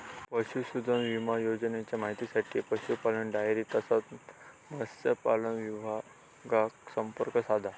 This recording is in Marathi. पशुधन विमा योजनेच्या माहितीसाठी पशुपालन, डेअरी तसाच मत्स्यपालन विभागाक संपर्क साधा